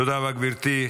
תודה רבה, גברתי.